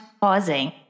pausing